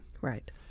Right